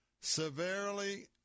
severely